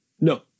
No